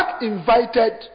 invited